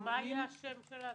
מה היה השם של ההצגה?